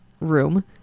room